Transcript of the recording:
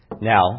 Now